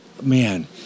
Man